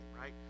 right